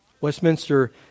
Westminster